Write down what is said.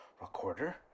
Recorder